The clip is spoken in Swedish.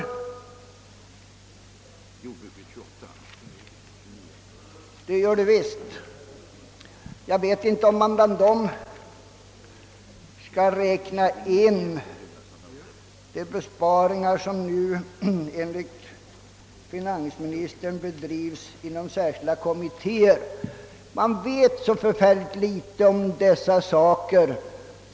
Jag vet inte om man bland dem skall räkna in de besparingar som enligt finansministern nu utreds inom särskilda kommittéer. Vi vet så litet om dessa saker.